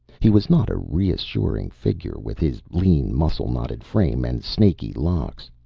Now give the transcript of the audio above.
he was not a reassuring figure, with his lean, muscle-knotted frame, and snaky locks.